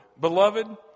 Beloved